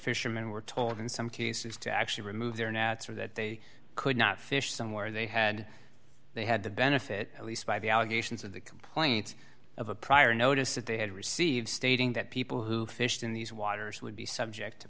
fishermen were told in some cases to actually remove their nets or that they could not fish somewhere they had they had the benefit at least by the allegations of the complaint of a prior notice that they had received stating that people who fished in these waters would be subject to